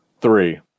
three